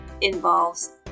involves